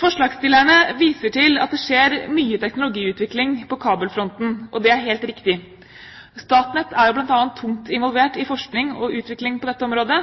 Forslagsstillerne viser til at det skjer mye teknologiutvikling på kabelfronten, og det er helt riktig. Statnett er bl.a. tungt involvert i forskning og utvikling på dette området,